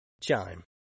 Chime